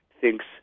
thinks